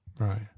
Right